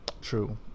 True